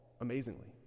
amazingly